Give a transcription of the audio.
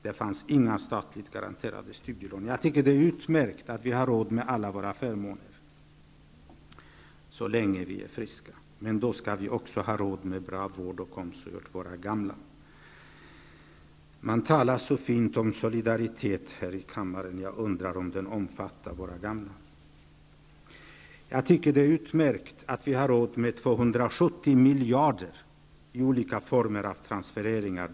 Det fanns inga statligt garanterade studielån. Jag tycker att det är utmärkt att vi har råd med alla våra förmåner, så länge vi är friska. Men då skall vi också ha råd med bra vård av och omsorg om våra gamla. Det talas så fint om solidaritet här i kammaren. Jag undrar om den omfattar våra gamla? Jag tycker att det är utmärkt att vi har råd med 270 miljarder i olika former av transfereringar.